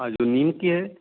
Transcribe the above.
हाँ जो नीम की है